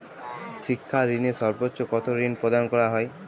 শিক্ষা ঋণে সর্বোচ্চ কতো ঋণ প্রদান করা হয়?